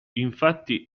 infatti